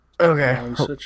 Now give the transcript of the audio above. Okay